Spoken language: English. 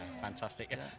fantastic